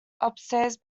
upstairs